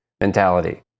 mentality